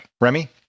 Remy